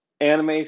anime